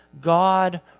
God